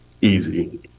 Easy